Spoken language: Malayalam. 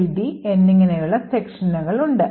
buildLD എന്നിങ്ങനെയുള്ള സെക്ഷനുകൾ ഉണ്ട്